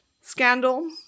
scandal